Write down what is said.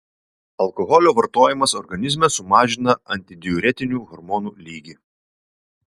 alkoholio vartojimas organizme sumažina antidiuretinių hormonų lygį